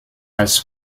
als